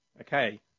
Okay